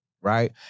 Right